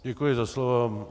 Děkuji za slovo.